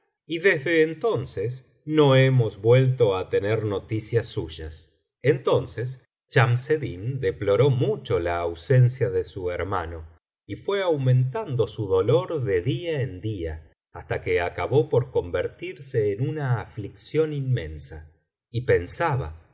y desde entonces no hemos vuelto á tener noticias suyas entonces chamseddin deploró mucho la ausencia de su hermano y fué aumentando su dolor de día en día hasta que acabó por convertirse en una aflicción inmensa y pensaba